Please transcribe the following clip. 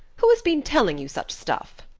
who has been telling you such stuff?